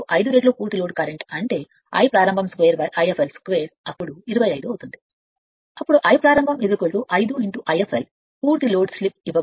5 రెట్లు పూర్తి load current అంటే Iప్రారంభం 2 I fl 2 అప్పుడు 25 అవుతుంది అప్పుడు Iప్రారంభం 5 5 I fl పూర్తి లోడ్ స్లిప్ ఇఇవ్వబడింది